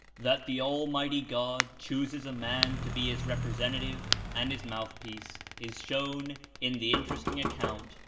that the almighty god chooses a man to be his representative and his mouthpiece is shown in the interesting account,